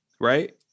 right